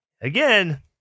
Again